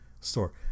store